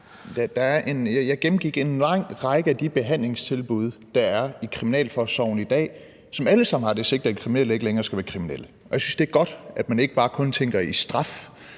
Jeg gennemgik en lang række af de behandlingstilbud, der er i kriminalforsorgen i dag, som alle sammen har det sigte, at kriminelle ikke længere skal være kriminelle. Og jeg synes, det er godt, at man ikke bare kun tænker i straf,